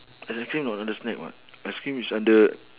ice cream not under snack [what] ice cream is under